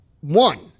One